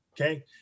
okay